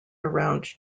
around